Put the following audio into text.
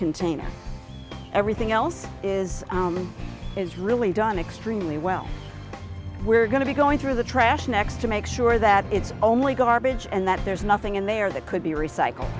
container everything else is is really done extremely well we're going to be going through the trash next to make sure that it's only garbage and that there's nothing in there that could be recycle